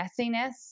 messiness